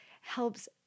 helps